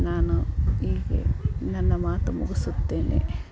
ನಾನು ಹೀಗೆ ನನ್ನ ಮಾತು ಮುಗಿಸುತ್ತೇನೆ